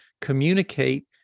communicate